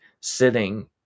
sitting